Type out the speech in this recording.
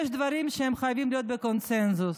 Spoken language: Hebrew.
יש דברים שחייבים להיות בקונסנזוס.